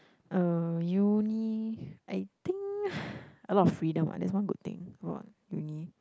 uh uni I think a lot of freedom ah that's one good thing about uni